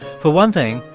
for one thing,